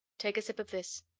take a sip of this.